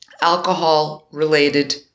alcohol-related